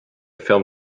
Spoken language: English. film